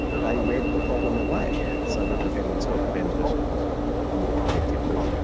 they read the problem away so that defendants got the benefit of a more protective law.